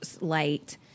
light